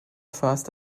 first